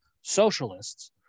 socialists